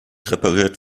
repariert